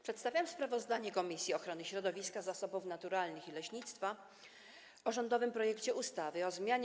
Przedstawiam sprawozdanie Komisji Ochrony Środowiska, Zasobów Naturalnych i Leśnictwa o rządowym projekcie ustawy o zmianie